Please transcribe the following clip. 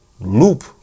loop